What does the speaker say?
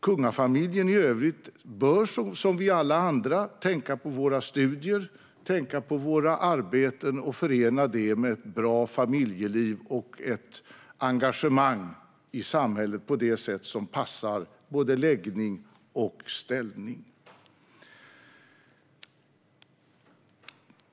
Kungafamiljen i övrigt bör som alla vi andra tänka på studier och arbete och förena det med ett bra familjeliv och ett engagemang i samhället på det sätt som passar både läggning och ställning.